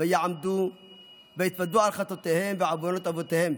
ויעמדו ויתודו על חטאתיהם ועונות אבתיהם,